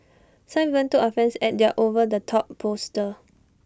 some even took offence at their over the top poster